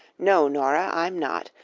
no, nora, i'm not.